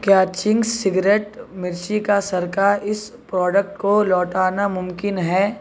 کیا Ching's secret مرچی کا سرکہ اس پروڈکٹ کو لوٹانا ممکن ہے